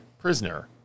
prisoner